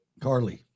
Carly